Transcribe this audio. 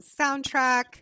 soundtrack